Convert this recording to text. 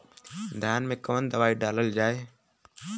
धान मे कवन दवाई डालल जाए?